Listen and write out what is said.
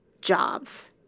jobs